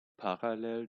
parallel